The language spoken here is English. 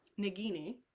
Nagini